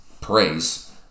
praise